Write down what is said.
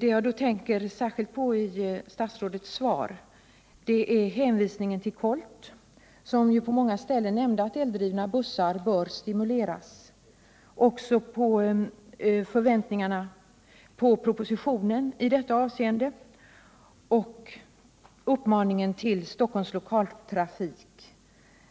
Vad jag särskilt tänker på i statsrådets svar är hänvisningen till KOLT utredningen, som på många ställen nämner att användningen av eldrivna bussar bör stimuleras, hänvisningen till propositionen samt på det uppdrag som Stockholms Lokaltrafik